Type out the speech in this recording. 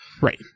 Right